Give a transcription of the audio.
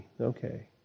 Okay